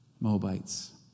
Moabites